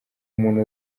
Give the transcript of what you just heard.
umuntu